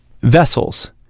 Vessels